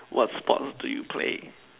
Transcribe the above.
what sports do you play